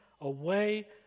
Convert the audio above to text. away